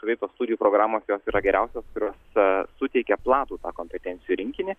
vaiko studijų programos jos yra geriausios kurios suteikia platų kompetencijų rinkinį